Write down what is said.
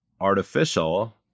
artificial